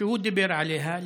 שהוא דיבר עליה,